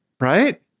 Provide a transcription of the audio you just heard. Right